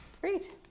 Great